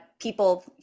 People